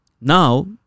Now